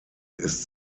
ist